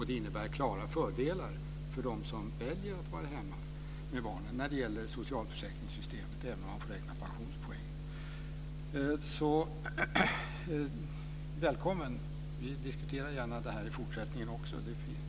Det innebär klara fördelar i socialförsäkringssystemet för dem som väljer att vara hemma med barnen, även om man får räkna pensionspoäng. Välkommen! Vi diskuterar gärna förslag också i fortsättningen.